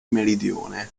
meridione